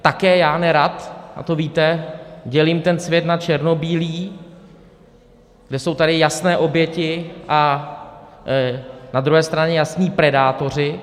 Také já nerad, a to víte, dělím ten svět na černobílý, kde jsou tady jasné oběti a na druhé straně jasní predátoři.